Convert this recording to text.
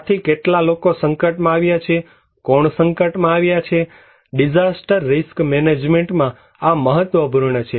આથી કેટલા લોકો સંકટમાં આવ્યા છે કોણ સંકટમાં આવ્યા છે ડિઝાસ્ટર રિસ્ક મેનેજમેન્ટમાં આ મહત્વપૂર્ણ છે